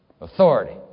authority